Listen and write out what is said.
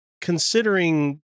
considering